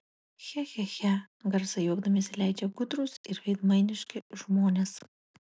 che che che garsą juokdamiesi leidžia gudrūs ir veidmainiški žmonės